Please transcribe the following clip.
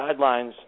guidelines